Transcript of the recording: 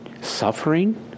suffering